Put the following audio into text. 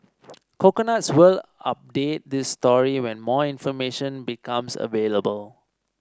coconuts will update this story when more information becomes available